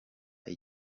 iki